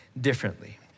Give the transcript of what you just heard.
differently